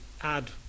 add